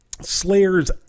Slayers